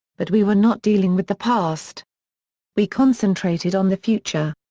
but we were not dealing with the past we concentrated on the future.